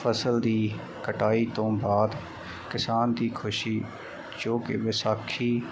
ਫਸਲ ਦੀ ਕਟਾਈ ਤੋਂ ਬਾਅਦ ਕਿਸਾਨ ਦੀ ਖੁਸ਼ੀ ਜੋ ਕਿ ਵੈਸਾਖੀ